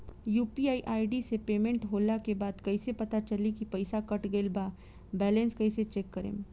UPI ID से payment होला के बाद कइसे पता चली की पईसा कट गएल आ बैलेंस कइसे चेक करम?